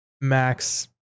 Max